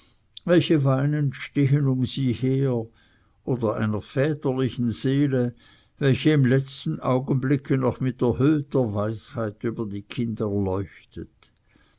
welche weinend stehen um sie her oder einer väterlichen seele welche im letzten augenblicke noch mit erhöhter weisheit über die kinder leuchtet